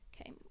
Okay